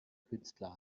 künstler